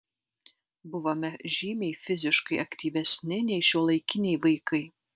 buvome žymiai fiziškai aktyvesni nei šiuolaikiniai vaikai